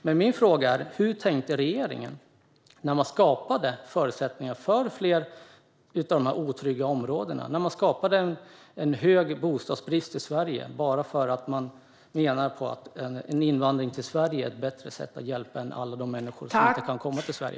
Men min fråga är alltså hur regeringen tänkte när man skapade förutsättningar för fler av dessa otrygga områden, när man skapade en hög bostadsbrist i Sverige bara för att man menar att invandring till Sverige är ett bättre sätt att hjälpa än att hjälpa alla de människor som inte kan komma till Sverige.